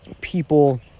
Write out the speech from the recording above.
people